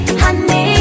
honey